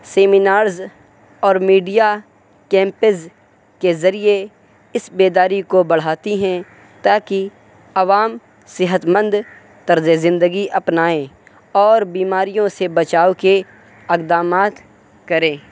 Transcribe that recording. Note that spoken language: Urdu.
سیمینارز اور میڈیا کیمپز کے ذریعے اس بیداری کو بڑھاتی ہیں تاکہ عوام صحتمند طرزِ زندگی اپنائیں اور بیماریوں سے بچاؤ کے اقدامات کرے